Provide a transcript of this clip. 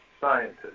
scientists